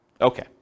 Okay